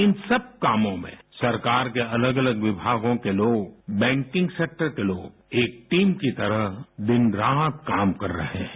इन सब कामों में सरकार के अलग अलग विभागों के लोग बैंकिंग सेक्टर के लोग एक जमंउ की तरह दिन रात काम कर रहे हैं